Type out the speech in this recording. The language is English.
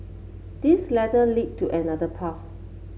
this ladder lead to another path